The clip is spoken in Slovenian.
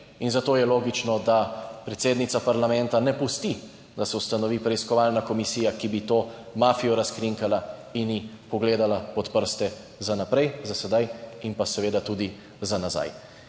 in zato je logično, da predsednica parlamenta ne pusti, da se ustanovi preiskovalna komisija, ki bi to mafijo razkrinkala in ji pogledala pod prste za naprej, za sedaj in pa seveda tudi za nazaj.